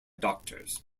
doctors